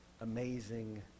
amazing